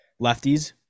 lefties